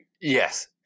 Yes